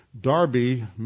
Darby